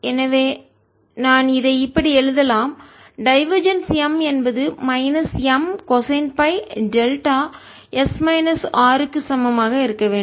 எனவே நான் இதை இப்படி எழுதலாம் டைவர்ஜென்ஸ் M என்பது minus M cosine delta S minus R க்கு சமமாக இருக்க வேண்டும்